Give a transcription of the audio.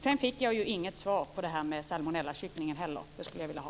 Jag fick heller inget svar på frågan om salmonellakycklingen. Det skulle jag vilja ha.